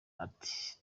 ati